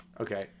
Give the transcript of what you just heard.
Okay